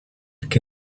que